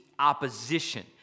opposition